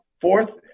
Fourth